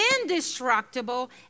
indestructible